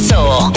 Soul